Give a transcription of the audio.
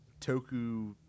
Toku